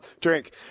Drink